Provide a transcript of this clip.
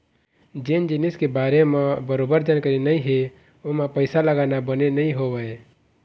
जेन जिनिस के बारे म बरोबर जानकारी नइ हे ओमा पइसा लगाना बने नइ होवय